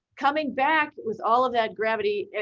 coming back, it was all of that gravity.